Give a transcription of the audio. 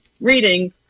reading